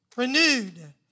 Renewed